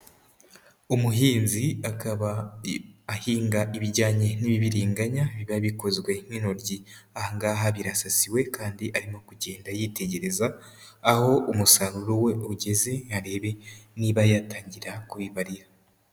umuhinzi akaba ahinga ibijyanye n'ibibiringanya biba bikozwe n'intoryi, ahangaha birasasiwe kandi arimo kugenda yitegereza aho umusaruro we ugeze ngo arebe niba yatangira kubibarira.